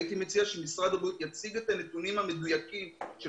הייתי מציע שמשרד הבריאות יציג את הנתונים המדויקים של